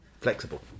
flexible